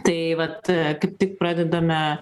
tai vat kaip tik pradedame